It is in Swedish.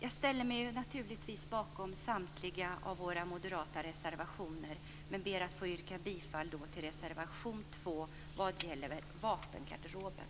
Jag ställer mig naturligtvis bakom samtliga våra moderata reservationer men ber att få yrka bifall till reservation 2 vad gäller vapengarderoben.